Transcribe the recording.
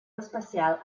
especial